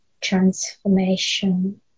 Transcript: transformation